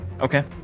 Okay